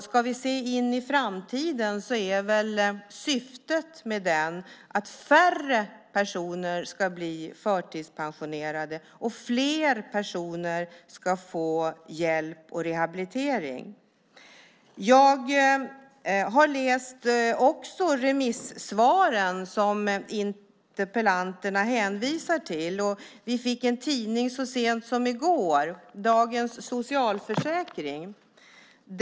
Ska vi se in i framtiden så är väl syftet med det här att färre personer ska bli förtidspensionerade, och fler personer ska få hjälp och rehabilitering. Jag har också läst remissvaren, som interpellanterna hänvisar till. Och vi fick en tidning så sent som i går, Dagens Socialförsäkring.